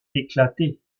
éclater